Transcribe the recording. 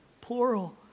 plural